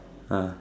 ah